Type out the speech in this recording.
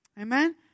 Amen